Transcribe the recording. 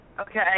okay